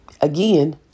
Again